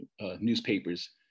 newspapers